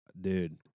dude